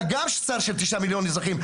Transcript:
אתה גם שר של 9,000,000 אזרחים,